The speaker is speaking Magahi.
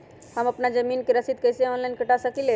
हम अपना जमीन के रसीद कईसे ऑनलाइन कटा सकिले?